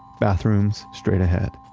bathrooms straight ahead.